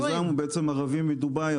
הוא ערבי מדובאי.